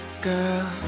Girl